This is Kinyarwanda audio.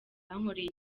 bankoreye